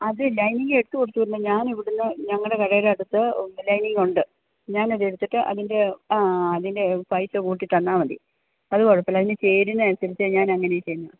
അത് ലൈനിംഗ് എടുത്തു കൊടുത്തു വിടേണ്ട ഞാൻ ഇവിടെ നിന്ന് ഞങ്ങളുടെ കടയുടെ അടുത്ത് ഇത് ലൈനിങ്ങ് ഉണ്ട് ഞാൻ അത് എടുത്തിട്ട് അതിന്റെ ആ അതിന്റെ പൈസ കൂട്ടിത്തന്നാൽ മതി അത് കുഴപ്പമില്ല അതിന് ചേരുന്ന അനുസരിച്ച് ഞാൻ അങ്ങനെ ചെയ്യുന്നത്